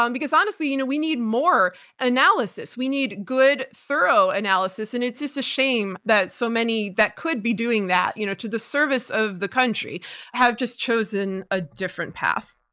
um because honestly you know we need more analysis. we need good, thorough analysis, and it's just a shame that so many that could be doing that you know to the service of the country have just chosen a different path.